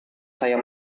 saya